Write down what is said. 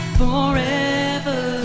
forever